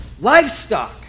livestock